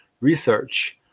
Research